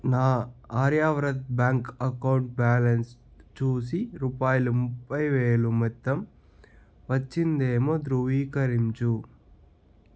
నా Aryavart bank account balance చూసి రూపాయలు ముప్పై వేలు మొత్తం వచ్చిందేమో ధృవీకరించుము